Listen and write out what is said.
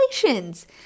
congratulations